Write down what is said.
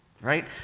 right